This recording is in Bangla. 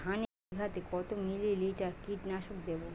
ধানে বিঘাতে কত মিলি লিটার কীটনাশক দেবো?